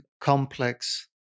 complex